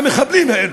המחבלים האלו,